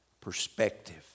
perspective